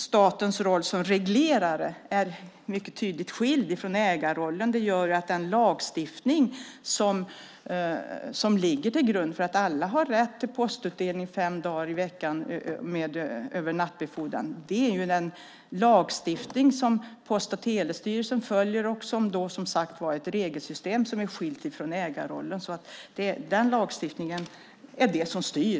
Statens roll som reglerare är mycket tydligt skild från ägarrollen. Det gör att en lagstiftning som ligger till grund för att alla har rätt till postutdelning fem dagar i veckan med övernattbefordran är den lagstiftning som Post och telestyrelsen följer. Det är som sagt var ett regelsystem som är skilt från ägarrollen. Den lagstiftningen är det som styr.